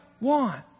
want